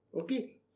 Okay